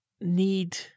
need